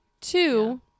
Two